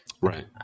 Right